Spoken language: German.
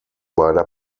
beider